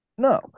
No